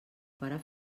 para